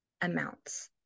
amounts